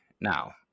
Now